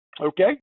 okay